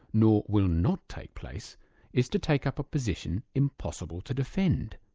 nor will not take place is to take up a position impossible to defend.